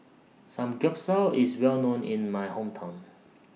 Samgyeopsal IS Well known in My Hometown